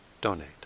donate